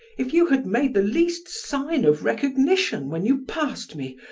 if you had made the least sign of recognition when you passed me,